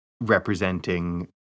representing